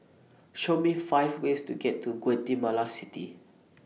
Show Me five ways to get to Guatemala City